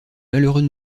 malheureux